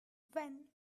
when